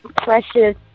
precious